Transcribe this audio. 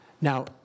Now